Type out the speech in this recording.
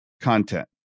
content